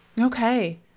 okay